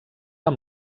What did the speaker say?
amb